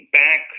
back